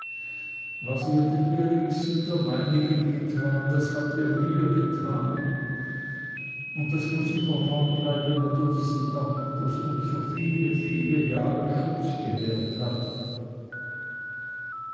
was ihr dem geringsten der meinigen getan das habt ihr mir getan und das muß immer wahr bleiben unter diesem dach das uns so viele viele jahre schutz gewährt hat